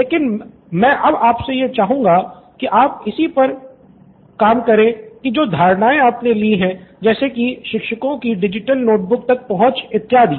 लेकिन मैं अब आपसे यह चाहूँगा कि आप इस पर भी काम करे जैसे कि जो धाराणाएँ आपने ली हैं जैसे कि शिक्षकों कि डिजिटल नोट बुक तक पहुँच इत्यादि